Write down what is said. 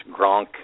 Gronk